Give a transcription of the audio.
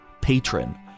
patron